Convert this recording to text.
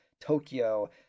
Tokyo